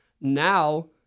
Now